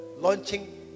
launching